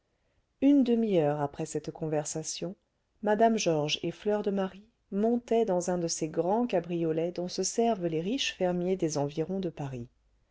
une demi-heure après cette conversation mme georges et fleur de marie montaient dans un de ces grands cabriolets dont se servent les riches fermiers des environs de paris